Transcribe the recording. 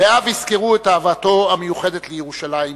רעיו יזכרו את אהבתו המיוחדת לירושלים,